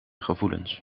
gevoelens